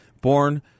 Born